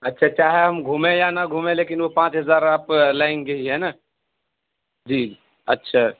اچھا اچھا ہاں ہم گھومیں یا نہ گھومیں لیکن وہ پانچ ہزار آپ لیں گے ہی ہے نہ جی اچھا